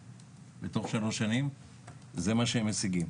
תוך שלוש שנים זה מה שהם משיגים.